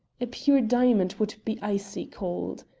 a pure diamond would be icy cold.